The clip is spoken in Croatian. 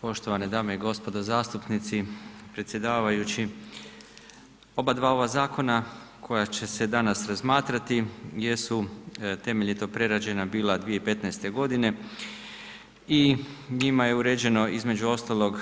Poštovane dame i gospodo zastupnici, predsjedavajući, oba dva ova zakona koja će danas razmatrati jesu temeljito prerađena bila 2015. godine i njima je uređeno između ostalog